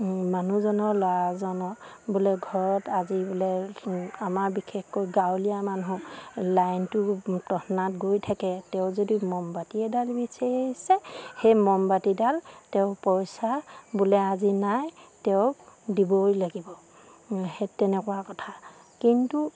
মানুহজনৰ ল'ৰাজনৰ বোলে ঘৰত আজি বোলে আমাৰ বিশেষকৈ গাঁৱলীয়া মানুহ লাইনটো গৈ থাকে তেওঁ যদি মমবাতি এডাল বিচাৰি আহিছে সেই মমবাতিডাল তেওঁ পইচা বোলে আজি নাই তেওঁক দিবই লাগিব সেই তেনেকুৱা কথা কিন্তু